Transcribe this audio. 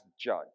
judge